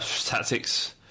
Tactics